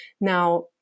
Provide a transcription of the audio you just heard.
Now